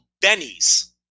Benny's